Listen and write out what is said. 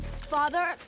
Father